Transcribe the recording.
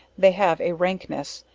they have a rankness,